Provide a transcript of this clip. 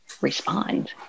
respond